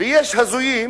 ויש הזויים